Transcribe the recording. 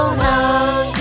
long